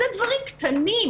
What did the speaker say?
אלה דברים קטנים,